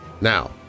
Now